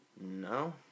No